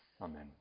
Amen